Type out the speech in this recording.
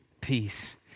peace